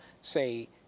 say